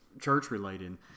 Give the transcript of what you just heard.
church-related